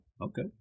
Okay